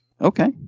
Okay